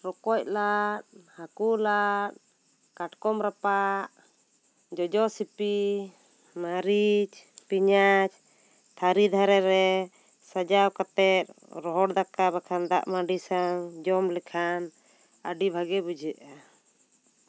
ᱨᱚᱠᱚᱡ ᱞᱟᱫ ᱦᱟᱹᱠᱩ ᱞᱟᱫ ᱠᱟᱴᱠᱚᱢ ᱨᱟᱯᱟᱜ ᱡᱚᱡᱚ ᱥᱤᱯᱤ ᱢᱟᱹᱨᱤᱡᱽ ᱯᱮᱸᱭᱟᱡᱽ ᱛᱷᱟᱹᱨᱤ ᱫᱷᱟᱨᱮ ᱨᱮ ᱥᱟᱡᱟᱣ ᱠᱟᱛᱮ ᱨᱚᱦᱚᱲ ᱫᱟᱠᱟ ᱵᱟᱠᱷᱟᱱ ᱫᱟᱜᱢᱟᱺᱰᱤ ᱥᱟᱶ ᱡᱚᱢ ᱞᱮᱠᱷᱟᱱ ᱟᱹᱰᱤ ᱵᱷᱟᱜᱮ ᱵᱩᱡᱷᱟᱹᱜᱼᱟ